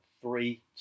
three